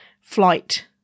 flight